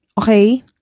okay